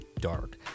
dark